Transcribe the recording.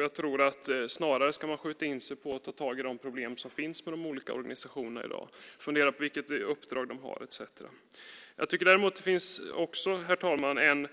Jag tror att man snarare ska skjuta in sig på att ta tag i de problem som finns inom de olika organisationerna i dag, fundera på vilket uppdrag de har etcetera. Herr talman! Jag tycker att det finns en